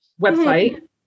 website